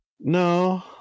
no